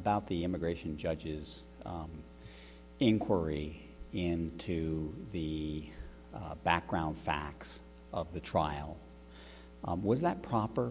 about the immigration judges inquiry into the background facts of the trial was that proper